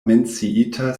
menciita